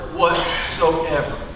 whatsoever